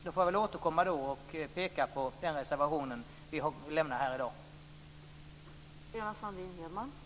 Då får jag återkomma och peka på den reservation som vi i dag har avgett.